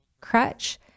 crutch